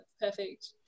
perfect